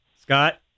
Scott